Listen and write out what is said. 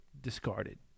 Discarded